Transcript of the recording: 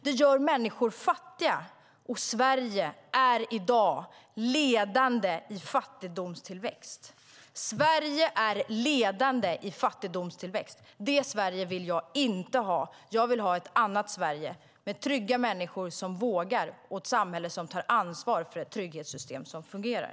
Det gör människor fattiga, och Sverige är i dag ledande i fattigdomstillväxt. Sverige är ledande i fattigdomstillväxt! Det Sverige vill jag inte ha. Jag vill ha ett annat Sverige, med trygga människor som vågar och ett samhälle som tar ansvar för ett trygghetssystem som fungerar.